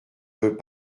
veux